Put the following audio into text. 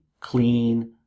clean